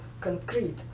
concrete